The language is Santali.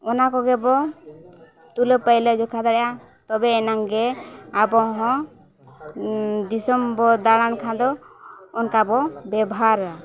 ᱚᱱᱟ ᱠᱚᱜᱮ ᱵᱚᱱ ᱛᱩᱞᱟᱹ ᱯᱟᱭᱞᱟ ᱡᱚᱠᱷᱟᱭᱟ ᱫᱟᱲᱮᱭᱟᱜᱼᱟ ᱛᱚᱵᱮ ᱮᱱᱟᱜ ᱜᱮ ᱟᱵᱚ ᱦᱚᱸ ᱫᱤᱥᱚᱢ ᱵᱚᱱ ᱫᱟᱲᱟᱱ ᱠᱷᱟᱱ ᱫᱚ ᱚᱱᱠᱟ ᱵᱚᱱ ᱵᱮᱵᱷᱟᱨᱟ